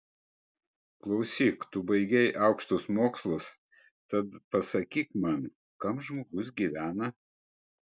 klausyk tu baigei aukštus mokslus tad pasakyk man kam žmogus gyvena